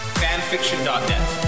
fanfiction.net